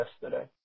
yesterday